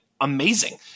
amazing